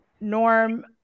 Norm